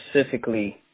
specifically